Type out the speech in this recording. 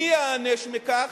מי ייענש מכך?